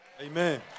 Amen